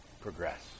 progress